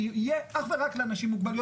שיהיה אך ורק לאנשים עם מוגבלויות,